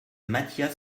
matthias